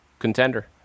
contender